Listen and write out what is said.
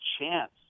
chance